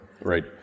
right